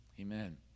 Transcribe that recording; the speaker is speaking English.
amen